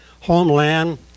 homeland